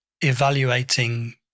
evaluating